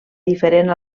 diferent